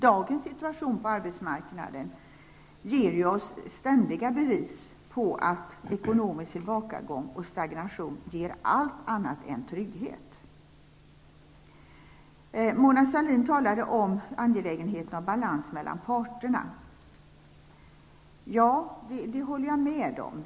Dagens situation på arbetsmarknaden ger ständiga bevis på att ekonomisk tillbakagång och stagnation ger allt annat än trygghet. Mona Sahlin talade om angelägenheten om balans mellan parterna. Jag håller med om det.